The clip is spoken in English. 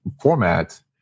format